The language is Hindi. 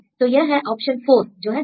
तो यह है ऑप्शन 4 जो है 0